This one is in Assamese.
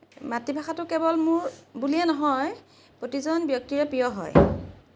মাতৃভাষাটো কেৱল মোৰ বুলিয়েই নহয় প্ৰতিজন ব্যক্তিৰে প্ৰিয় হয়